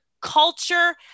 culture